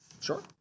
Sure